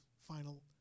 final